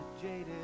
jaded